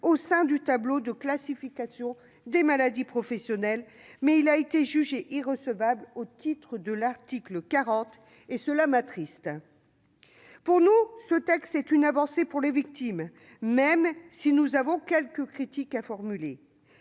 dans le tableau de classification des maladies professionnelles, mais il a été jugé irrecevable au titre de l'article 40 de la Constitution, ce qui m'attriste. Selon nous, ce texte représente une avancée pour les victimes, même si nous avons quelques critiques à formuler.